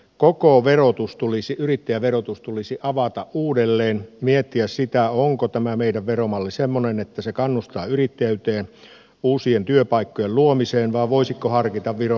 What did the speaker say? koko yrittäjäverotus tulisi avata uudelleen miettiä sitä onko tämä meidän veromallimme semmoinen että se kannustaa yrittäjyyteen uusien työpaikkojen luomiseen vai voisiko harkita viron mallia